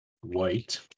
white